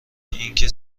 اینکه